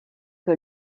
que